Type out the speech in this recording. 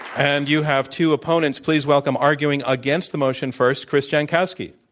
and you have two opponents, please welcome, arguing against the motion. first, chris jankowski.